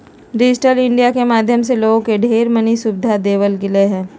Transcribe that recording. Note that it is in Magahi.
डिजिटल इन्डिया के माध्यम से लोगों के ढेर मनी सुविधा देवल गेलय ह